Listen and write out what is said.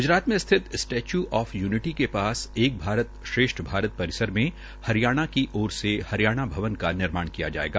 गुजरात में स्थित statue of unity के पास एक भारत श्रेष्ठ भारत परिसर में हरियाणा की ओर से हरियाणा भवन का निर्माण किया जाएगा